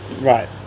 Right